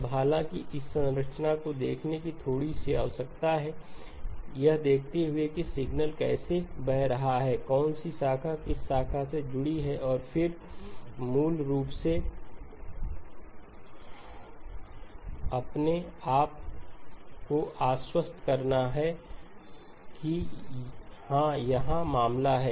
अब हालांकि इसे संरचना को देखने की थोड़ी सी आवश्यकता है यह देखते हुए कि सिग्नल कैसे बह रहा है कौन सी शाखा किस शाखा से जुड़ी है और फिर मूल रूप से अपने आप को आश्वस्त करना कि हाँ यह मामला है